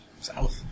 South